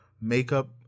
makeup